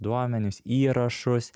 duomenis įrašus